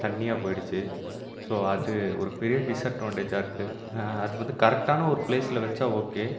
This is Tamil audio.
தண்ணியாக போய்டுச்சி ஸோ அது ஒரு பெரிய டிஸ்அட்வான்டேஜாக இருக்குது அது வந்து கரெக்ட்டான பிளேஸில் வெச்சா ஓகே